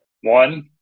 One